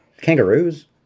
Kangaroos